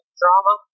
drama